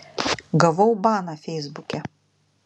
gavau baną feisbuke